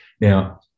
Now